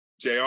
JR